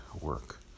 work